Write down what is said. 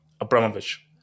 Abramovich